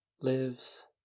lives